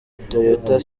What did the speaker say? toyota